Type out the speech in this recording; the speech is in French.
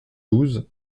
douze